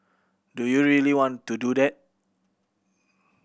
do you really want to do that